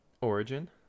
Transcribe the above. Origin